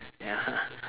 ya